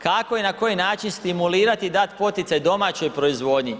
Kako i na koji način stimulirati i dati poticaj domaćoj proizvodnji?